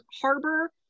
harbor